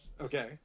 Okay